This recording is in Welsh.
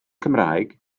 cymraeg